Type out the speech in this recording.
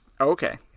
Okay